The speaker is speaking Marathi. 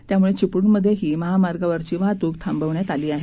त्यामुळे चिपळूणमध्येही महामार्गावरची वाहतूक थांबविण्यात आली आहे